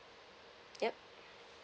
yup